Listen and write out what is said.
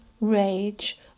rage